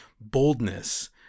Boldness